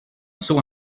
saut